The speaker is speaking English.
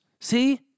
See